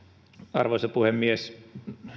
arvoisa puhemies